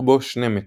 רוחבו שני מטרים,